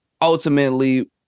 ultimately